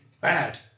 bad